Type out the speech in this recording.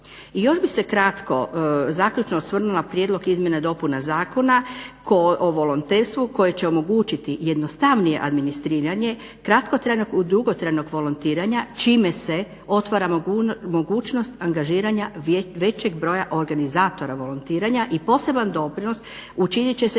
I još bih se kratko zaključno osvrnula na prijedlog izmjena i dopuna Zakona o volonterstvu koje će omogućiti jednostavnije administriranje, kratkotrajnog, dugotrajnog volontiranja čime se otvaramo mogućnost angažiranja većeg broja organizatora volontiranja i poseban doprinos učinit će se